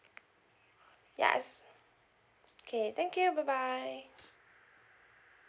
yes okay thank you bye bye